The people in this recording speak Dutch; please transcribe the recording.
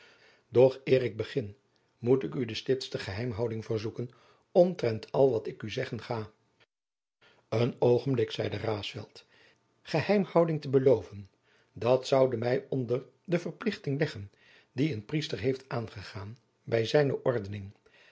doch eer ik begin moet ik u de stipste jacob van lennep de pleegzoon geheimhouding verzoeken omtrent al wat ik u zeggen ga een oogenblik zeide raesfelt geheimhouding te belooven dat zoude mij onder de verplichting leggen die een priester heeft aangegaan bij zijne ordening